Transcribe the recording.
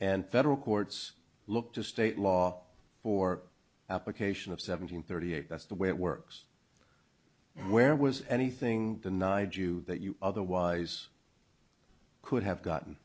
and federal courts look to state law for application of seven hundred thirty eight that's the way it works where was anything denied you that you otherwise could have gotten